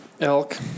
elk